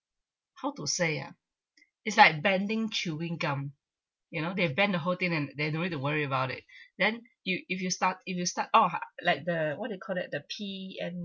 how to say ah is like banding chewing gum you know they've banned the whole thing then they no need to worry about it then you if you start if you start oh like the what they call it the P_M_D